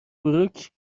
بروک